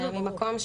לא, ברור.